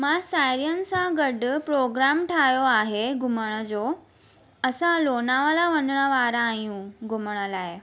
मां साहेड़ियुनि सां गॾु प्रोग्राम ठाहियो आहे घुमण जो असां लोनावला वञण वारा आहियूं घुमण लाइ